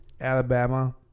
Alabama